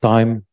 Time